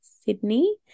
Sydney